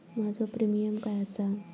माझो प्रीमियम काय आसा?